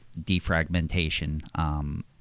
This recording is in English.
defragmentation